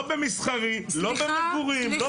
לא במסחרי, לא במגורים, לא